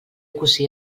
cosí